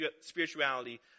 Spirituality